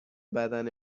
بدن